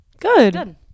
Good